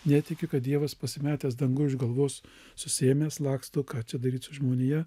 netiki kad dievas pasimetęs dangui už galvos susiėmęs laksto ką čia daryt su žmonija